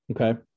Okay